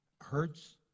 Hurts